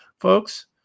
Folks